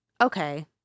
Okay